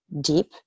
deep